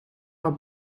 haar